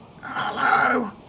Hello